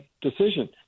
decision